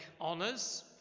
honours